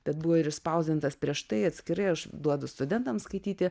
bet buvo ir išspausdintas prieš tai atskirai aš duodu studentams skaityti